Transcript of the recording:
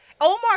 Omar